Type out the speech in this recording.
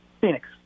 Phoenix